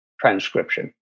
transcription